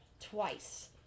twice